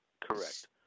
Correct